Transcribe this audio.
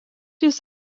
jis